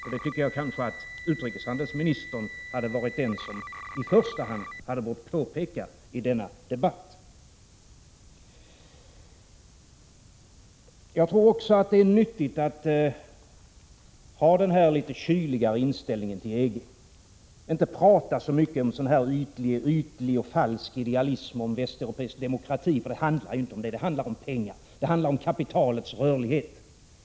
Jag tycker att utrikeshandelsministern är den som i första hand borde ha påpekat det i denna debatt. Vidare tror jag att det är nyttigt att ha den här litet kyliga inställningen till EG och inte prata så mycket om ytlig och falsk idealism och om västeuropeisk demokrati, för det handlar ju inte om det. Det handlar om pengar. Det handlar om kapitalets rörlighet.